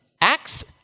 Acts